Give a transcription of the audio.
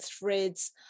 threads